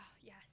yes